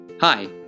Hi